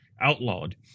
outlawed